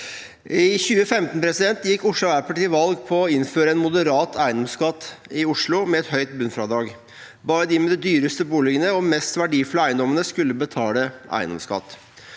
I 2015 gikk Oslo Arbeiderparti til valg på å innføre en moderat eiendomsskatt i Oslo med et høyt bunnfradrag. Bare de med de dyreste boligene og mest verdifulle eiendommene skulle betale eiendomsskatt.